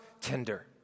tender